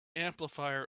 amplifier